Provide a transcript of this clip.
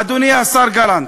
אדוני השר גלנט.